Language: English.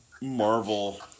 Marvel